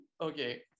okay